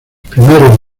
primero